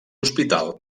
hospital